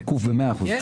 שקוף במאה אחוז.